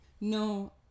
No